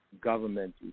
government